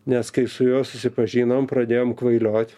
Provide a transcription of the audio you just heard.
nes kai su juo susipažinom pradėjom kvailioti